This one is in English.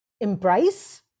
embrace